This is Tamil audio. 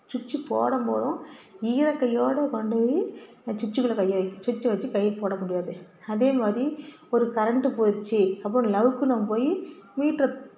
சுட்ச்சு போடும் போதும் ஈரக்கையோடு கொண்டு போய் அந்த சுட்ச்சுக்குள்ள கையை வை க் சுட்ச்சை வச்சு கை போட முடியாது அதே மாதிரி ஒரு கரண்டு போச்சு அப்புறம் லபக்குன்னு நம்ம போய் மீட்டரை